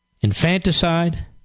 Infanticide